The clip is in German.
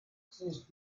siehst